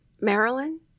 Maryland